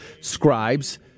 scribes